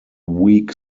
weak